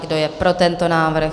Kdo je pro tento návrh?